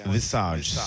Visage